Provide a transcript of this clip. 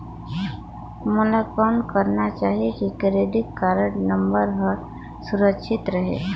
मोला कौन करना चाही की क्रेडिट कारड नम्बर हर सुरक्षित रहे?